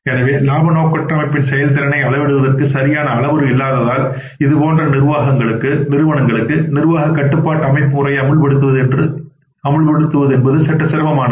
எனவே இலாபநோக்கற்றஅமைப்பின்செயல்திறனை அளவிடுவதற்கு சரியான அளவுரு இல்லாததால் இதுபோன்ற நிறுவனங்களுக்கு நிர்வாக கட்டுப்பாட்டு அமைப்பு முறையை அமல்படுத்துவது சற்று சிரமமானது